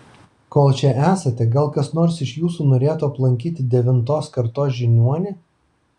kol čia esate gal kas nors iš jūsų norėtų aplankyti devintos kartos žiniuonį